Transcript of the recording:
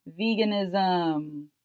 Veganism